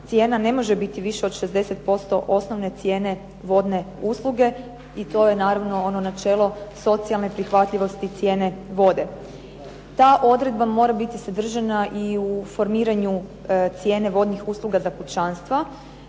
cijena ne može biti viša od 60% osnovne cijene vodne usluge i to je naravno ono načelo socijalne prihvatljivosti cijene vode. Ta odredba mora biti sadržana i u formiranju cijene vodnih usluga za pučanstva,